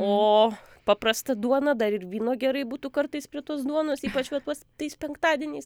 o paprasta duona dar ir vyno gerai būtų kartais prie tos duonos ypač va tuos tais penktadieniais